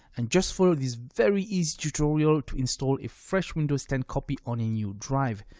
and just follow this very easy tutorial to install a fresh windows ten copy on a new drive.